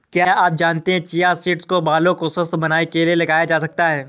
क्या आप जानते है चिया सीड्स को बालों को स्वस्थ्य बनाने के लिए लगाया जा सकता है?